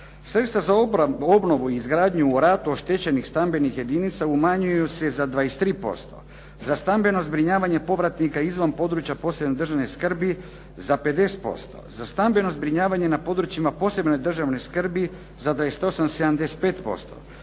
Sredstva za obnovu i izgradnju u ratu oštećenih stambenih jedinica umanjuju se za 23%, za stambeno zbrinjavanje povratnika izvan područja posebne državne skrbi za 50%, za stambeno zbrinjavanje na područjima posebne državne skrbi za 28,75%,